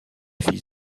fils